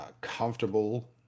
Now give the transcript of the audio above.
comfortable